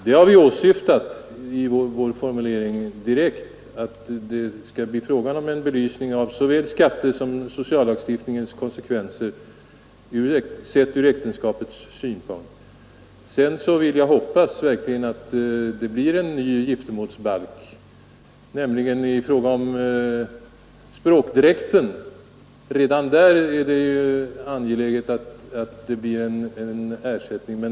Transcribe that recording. Med vår formulering syftar vi i utskottet direkt till att det skall bli fråga om just en belysning av såväl skattesom sociallagstiftningens konsekvenser sett ur äktenska pets synpunkt. Sedan vill jag verkligen hoppas att det blir en ny giftermålsbalk. Redan i fråga om språkdräkten är det angeläget att det blir en sådan balk.